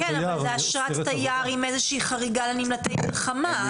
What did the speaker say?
אבל זאת אשרת תייר עם איזושהי חריגה לנמלטי מלחמה.